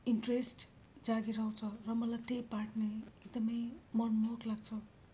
interest जागेर आउँछ र मलाई त्यही पार्ट नै एकदमै मनमोहक लाग्छ